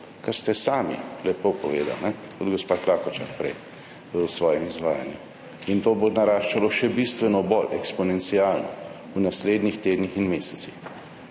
kar ste sami lepo povedali, tudi gospa Klakočar prej v svojem izvajanju. In to bo naraščalo še bistveno bolj, eksponencialno v naslednjih tednih in mesecih.